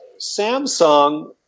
Samsung